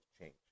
change